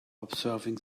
observing